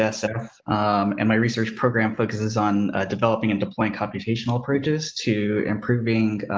ah sort of and my research program focuses on developing into point computational approaches to improving,